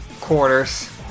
Quarters